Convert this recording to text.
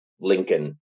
Lincoln